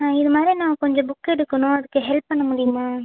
இதுமாதிரி நான் கொஞ்சம் புக் எடுக்கணும் அதுக்கு ஹெல்ப் பண்ண முடியுமா